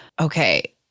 Okay